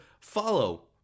follow